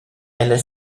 ella